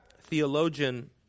theologian